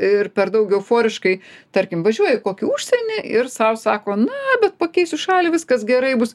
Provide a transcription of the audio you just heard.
ir per daug euforiškai tarkim važiuoja į kokį užsienį ir sau sako na bet pakeisiu šalį viskas gerai bus